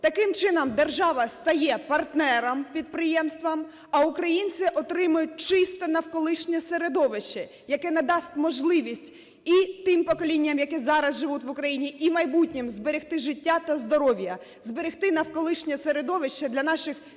Таким чином, держава стає партнером підприємствам, а українці отримують чисте навколишнє середовище, яке надасть можливість і тим поколінням, які зараз живуть в Україні, і майбутнім зберегти життя та здоров'я, зберегти навколишнє середовище для наших дітей